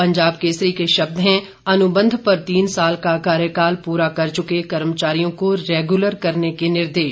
पंजाब केसरी के शब्द हैं अनुबंध पर तीन साल का कार्यकाल पूरा कर चुके कर्मचारियों को रेगुलर करने के निर्देश